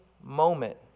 moment